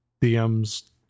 DM's